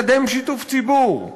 צריך לקדם שיתוף ציבור,